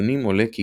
מהנתונים עולה כי